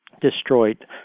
destroyed